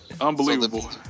Unbelievable